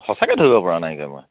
সঁচাকৈ ধৰিব পৰা নাই একেবাৰে